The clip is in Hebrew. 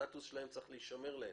הסטטוס שלהם צריך להישמר להם.